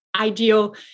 ideal